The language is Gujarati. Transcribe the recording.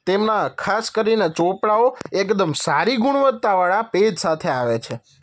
તેમના ખાસ કરીને ચોપડાઓ એકદમ સારી ગુણવત્તાવાળા પેજ સાથે આવે છે